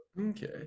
Okay